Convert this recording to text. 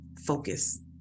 focus